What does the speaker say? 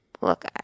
look